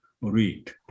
read